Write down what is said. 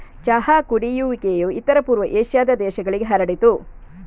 ಚಹಾ ಕುಡಿಯುವಿಕೆಯು ಇತರ ಪೂರ್ವ ಏಷ್ಯಾದ ದೇಶಗಳಿಗೆ ಹರಡಿತು